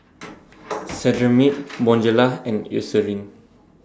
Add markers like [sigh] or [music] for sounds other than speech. [noise] Cetrimide Bonjela and Eucerin